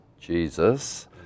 Jesus